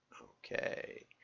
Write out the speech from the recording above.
Okay